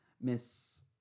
Miss